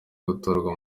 gutorwa